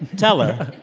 tell her.